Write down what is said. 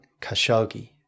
Khashoggi